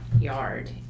yard